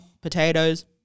potatoes